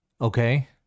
Okay